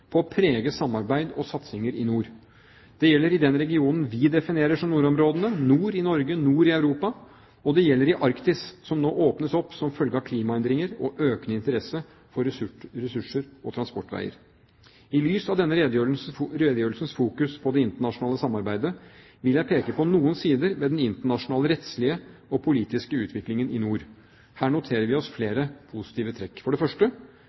for å prege samarbeid og satsinger i nord. Det gjelder i den regionen vi definerer som nordområdene – nord i Norge, nord i Europa. Det gjelder også Arktis, som nå åpnes opp som følge av klimaendringer og økende interesse for ressurser og transportveier. I lys av denne redegjørelsens fokus på det internasjonale samarbeidet vil jeg peke på noen sider ved den internasjonale, rettslige og politiske utviklingen i nord. Her noterer vi oss flere positive trekk. For det første: